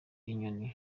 inyoni